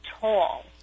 tall